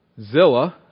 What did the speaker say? Zilla